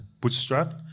bootstrap